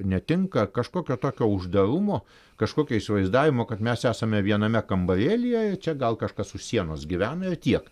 netinka kažkokio tokio uždarumo kažkokio įsivaizdavimo kad mes esame viename kambarėlyje ir čia gal kažkas už sienos gyvena ir tiek